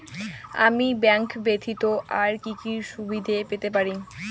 আমি ব্যাংক ব্যথিত আর কি কি সুবিধে পেতে পারি?